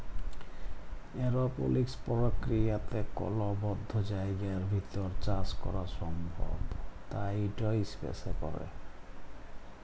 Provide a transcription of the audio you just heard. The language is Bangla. এরওপলিক্স পর্কিরিয়াতে কল বদ্ধ জায়গার ভিতর চাষ ক্যরা সম্ভব তাই ইট ইসপেসে ক্যরে